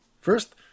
First